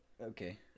Okay